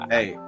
Hey